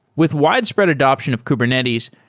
with widespread adoption of kubernetes,